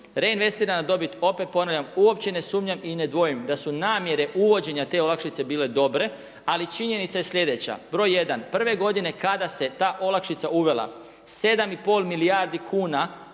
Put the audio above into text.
reinvestirana dobit opet ponavljam uopće ne sumnjam i ne dvojim da su namjere uvođenja te olakšice bile dobre. Ali činjenica je sljedeća. Broj jedan, prve godine kada se ta olakšica uvela 7 i pol milijardi kuna